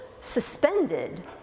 suspended